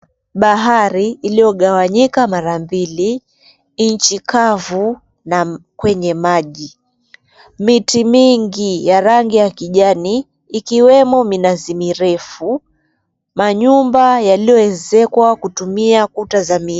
Bahari iliyogawanyikwa mara mbili nchi kavu na kwenye maji. Miti mingi ya rangi ya kijani ikiwemo minazi mirefu, manyumba yaliyoezekwa kutumia kuta za...